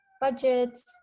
budgets